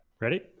ready